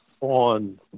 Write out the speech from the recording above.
on